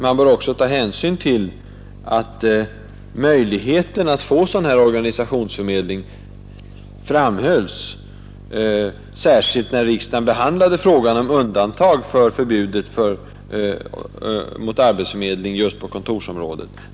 Man bör också ta hänsyn till, att möjligheten att få tillstånd till organisationsförmedling särskilt framhölls när riksdagen 1970 behandlade frågan om undantag för förbudet mot arbetsförmedling på kontorsområdet.